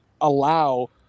allow